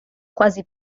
quasi